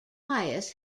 pius